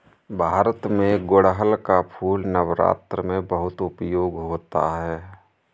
भारत में गुड़हल का फूल नवरात्र में बहुत उपयोग होता है